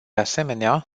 asemenea